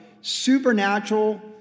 supernatural